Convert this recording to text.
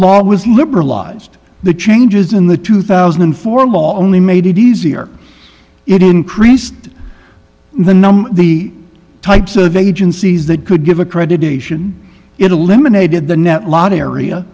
law was liberalized the changes in the two thousand and four law only made it easier it increased the number the types of agencies that could give accreditation it eliminated the net lot area